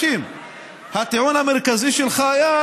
הטיעון היה: